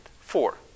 Four